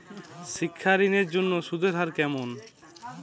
শিক্ষা ঋণ এর জন্য সুদের হার কেমন?